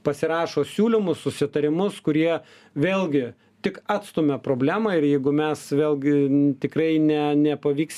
pasirašo siūlymus susitarimus kurie vėlgi tik atstumia problemą ir jeigu mes vėlgi tikrai ne nepavyks